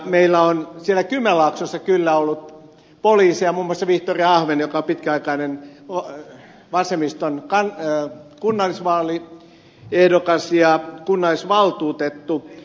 meillä on siellä kymenlaaksossa kyllä ollut poliiseja muun muassa vihtori ahven joka on pitkäaikainen vasemmiston kunnallisvaaliehdokas ja kunnallisvaltuutettu